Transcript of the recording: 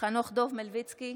חנוך דב מלביצקי,